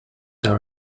are